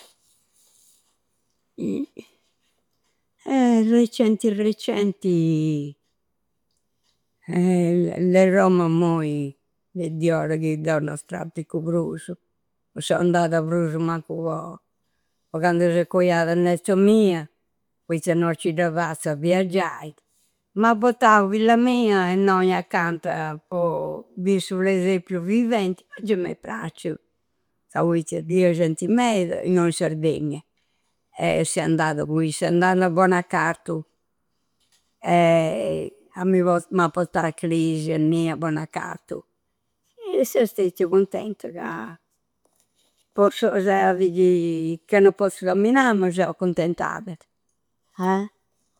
Eh! Recenti, recenti, e de Roma moi, de di ora chi deu no pratticu prusu. Seu andada prusu mancu po, po candu s'è coiada netta mia, poitta no ci da fazzu a viaggiai. M'a pottau filla mia, innoi accanta po bi su presepiu viventi. Già m'è pracciu! Ca poitta di fia genti meda innoi in Sardegna, e seu andada cu issa, andada a Bonacartu e a mi por. M'a pottau a cresia innia a Bonaccattu. Eh! Seu stettiu cuntenta ca po s'o. S'etadi chi, ca no pozzu camminai mi seu accontentada. Ah!